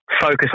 focus